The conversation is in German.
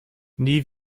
nie